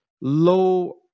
low